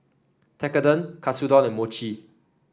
Tekkadon Katsudon and Mochi